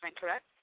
correct